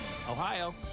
Ohio